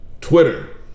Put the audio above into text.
Twitter